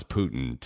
Putin